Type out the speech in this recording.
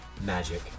magic